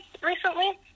recently